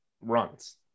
runs